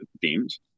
themes